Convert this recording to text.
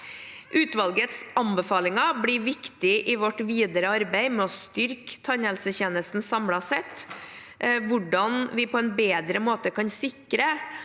Utvalgets anbefalinger blir viktige i vårt videre arbeid med å styrke tannhelsetjenesten samlet sett. Hvordan vi på en bedre måte kan sikre